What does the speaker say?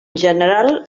general